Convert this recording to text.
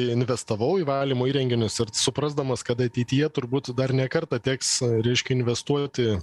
investavau į valymo įrenginius ir suprasdamas kad ateityje turbūt dar ne kartą teks reiškia investuoti